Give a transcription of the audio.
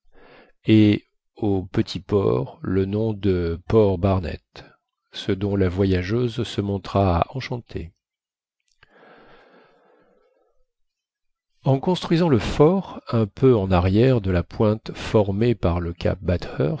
et au petit port le nom de port barnett ce dont la voyageuse se montra enchantée en construisant le fort un peu en arrière de la pointe formée par le cap